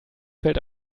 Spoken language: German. fällt